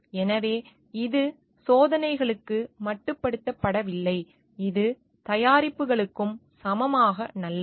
எனவே இது சோதனைகளுக்கு மட்டுப்படுத்தப்படவில்லை இது தயாரிப்புகளுக்கும் சமமாக நல்லது